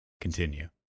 Continue